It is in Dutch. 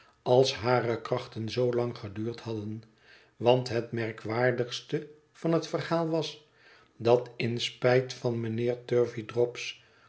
als hare krachten zoolang geduurd hadden want het merkwaardigste van het verhaal was dat in spijt van mijnheer